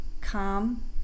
calm